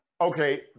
okay